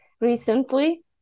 recently